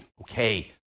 okay